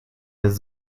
jest